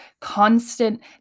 constant